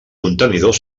contenidor